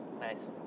Nice